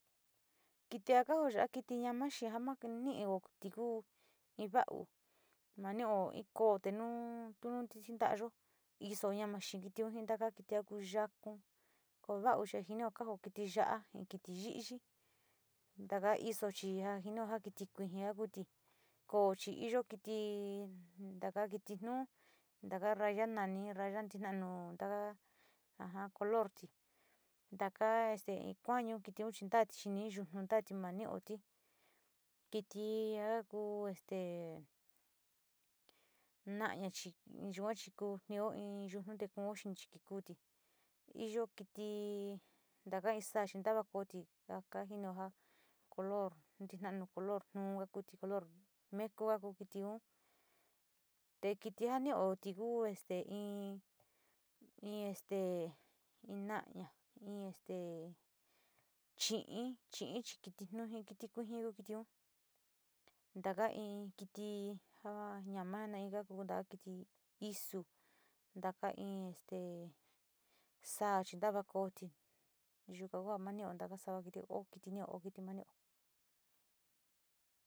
Kiti ja koo ya kiti ñama xee ja ma nio kiti in vau, ma nio in koo te nuu to nau ntiyi in taayo isoun ñama xaati ji taka kiti kaku yako, ko vau o jinio kajo kiti yao, in kiti yi´iyi, taka iso chi a jinio kiti kuiji ka kuti, koo chi iyo kiti taka kiti tnuu taka vaya nani ya´a tinanuo taka ja jaa colori, taka este in kuanu kitiun ntati xini in yunu na nio tito kiti ja ka kuo este nana chi nya chi kuo kito in yuna kuuya xinitite kuoti, iyo kiti taka in saa ntava koyoti jimio ja color tinanu, color tuu kakujn, color neku ta kuu kitiun te kiti ja nioti ku este in, in este in noña in este chi in, chi in chi kiti nuji kiti kuiji ka kui chi, taka kiti ja ñama naika kiti isu, ntaka in este sáá ntava kooti yuka ku ma nioti sava kitiun nio ma nioti.